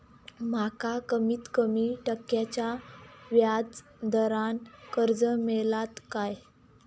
माका कमीत कमी टक्क्याच्या व्याज दरान कर्ज मेलात काय?